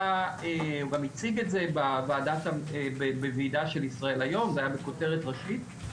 הוא גם הציג את זה בוועידה של ישראל היום והיה עם כותרת ראשית,